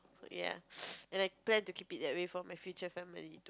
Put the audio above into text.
ok ya and I plan to keep it that way for my future family